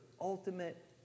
ultimate